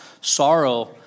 sorrow